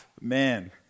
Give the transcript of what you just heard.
man